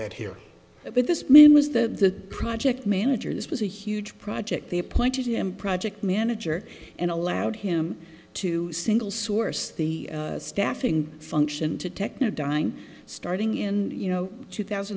that here but this man was the project manager this was a huge project they appointed him project manager and allowed him to single source the staffing function to techno dying starting in you know two thousand